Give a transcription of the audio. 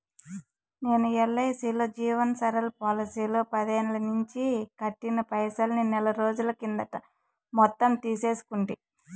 నేను ఎల్ఐసీలో జీవన్ సరల్ పోలసీలో పదేల్లనించి కట్టిన పైసల్ని నెలరోజుల కిందట మొత్తం తీసేసుకుంటి